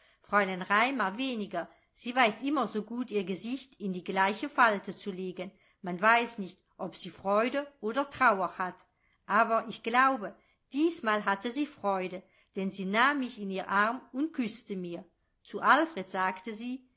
fräulein raimar weniger sie weiß immer so gut ihr gesicht in die gleiche falte zu legen man weiß nicht ob sie freude oder trauer hat aber ich glaube diesmal hatte sie freude denn sie nahm mich in ihr arm und küßte mir zu alfred sagte sie